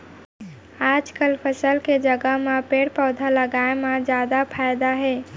आजकाल फसल के जघा म पेड़ पउधा लगाए म जादा फायदा हे